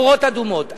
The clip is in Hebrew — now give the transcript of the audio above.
נורות אדומות.